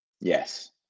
Yes